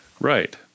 right